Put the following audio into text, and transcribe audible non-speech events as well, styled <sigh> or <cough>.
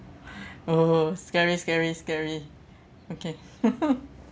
oh scary scary scary okay <laughs>